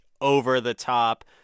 over-the-top